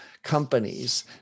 Companies